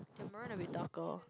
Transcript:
never wanna be darker